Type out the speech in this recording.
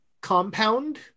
compound